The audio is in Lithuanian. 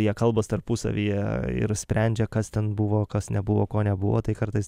jie kalbas tarpusavyje ir sprendžia kas ten buvo kas nebuvo ko nebuvo tai kartais